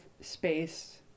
space